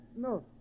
No